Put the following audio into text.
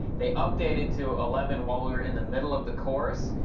they updated to eleven while we were in the middle of the course.